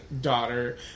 daughter